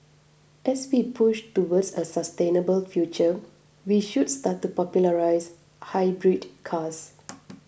as we push towards a sustainable future we should start to popularise hybrid cars